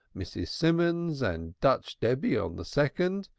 mrs. simons and dutch debby on the second,